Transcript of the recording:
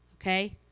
okay